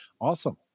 awesome